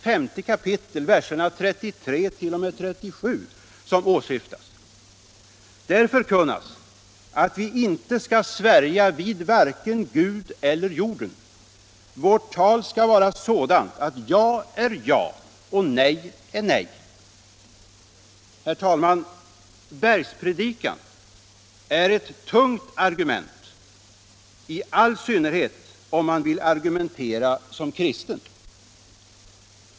5:33—-37 som åsyftas. Där förkunnas att vi inte skall svärja vid varken Gud eller jorden. Vårt tal skall vara sådant att ja är ja och nej är nej. Herr talman! Bergspredikan är ett tungt argument, i all synnerhet om man vill argumentera som kristen!